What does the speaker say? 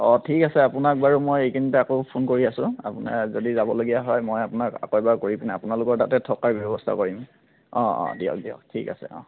অঁ ঠিক আছে আপোনাক বাৰু মই এইকেইদিনতে আকৌ ফোন কৰি আছোঁ আপোনাৰ যদি যাবলগীয়া হয় মই আপোনাক আকৌ এবাৰ কৰি পেলাই আপোনালোকৰ তাতে থকাৰ ব্যৱস্থা কৰিম অঁ অঁ দিয়ক দিয়ক ঠিক আছে